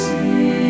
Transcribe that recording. See